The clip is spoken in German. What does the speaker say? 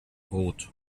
rot